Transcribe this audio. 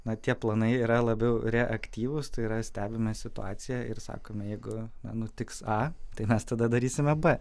na tie planai yra labiau reaktyvūs tai yra stebime situaciją ir sakome jeigu na nutiks a tai mes tada darysime b